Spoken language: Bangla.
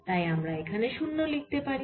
তাই আমরা এখানে 0 লিখতে পারি